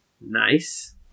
Nice